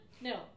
No